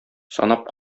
санап